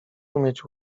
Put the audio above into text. umieć